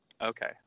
Okay